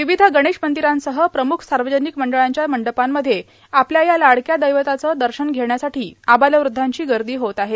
विविध गणेश मंदिरांसह प्रमुख सार्वजनिक मंडळांच्या मंडपांमध्ये आपल्या या लाडक्या दैवताचं दर्शन घेण्यासाठी आबालवृद्धांची गर्दी होत आहे